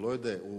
הוא לא יודע, הוא